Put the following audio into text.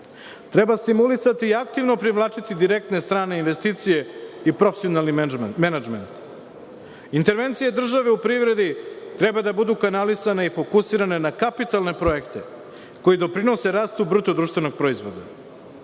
stimulisati i aktivno privlačiti direktne strane investicije i profesionalni menadžment. Intervencije države u privredi treba da budu kanalisane i fokusirane na kapitalne projekte koji doprinose rastu bruto društvenog proizvoda. Četvrto,